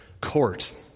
court